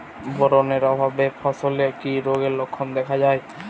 Boron এর অভাবে ফসলে কি রোগের লক্ষণ দেখা যায়?